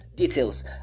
Details